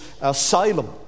Asylum